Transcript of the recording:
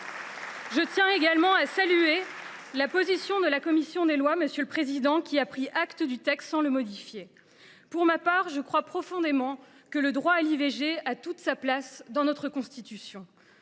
Je tiens également à saluer la position de la commission des lois, qui a pris acte du texte sans proposer de le modifier. Pour ma part, je crois profondément que le droit à l’IVG a toute sa place dans notre Constitution.